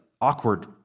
awkward